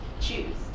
choose